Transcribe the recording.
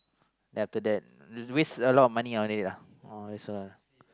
then after that waste a lot of money on it lah that's why